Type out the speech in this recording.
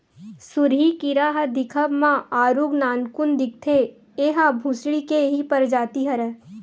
सुरही कीरा ह दिखब म आरुग नानकुन दिखथे, ऐहा भूसड़ी के ही परजाति हरय